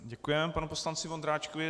Děkuji panu poslanci Vondráčkovi.